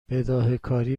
بداههکاری